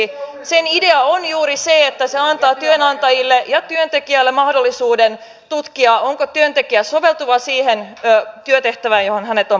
sen idea on juuri se että se antaa työnantajalle ja työntekijälle mahdollisuuden tutkia onko työntekijä soveltuva siihen työtehtävään johon hänet on palkattu